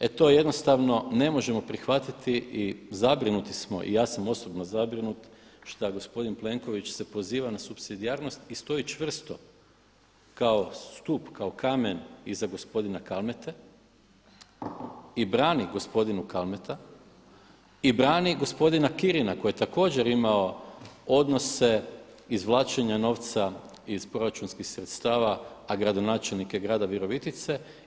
E to jednostavno ne možemo prihvatiti i zabrinuti smo i ja sam osobno zabrinut šta gospodin Plenković se poziva na supsidijarnost i stoji čvrsto kao stup, kao kamen iza gospodina Kalemete i brani gospodina Kalemetu i brani gospodina Kirina koji je također imao odnose izvlačenja novca iz proračunskih sredstava a gradonačelnik je grada Virovitice.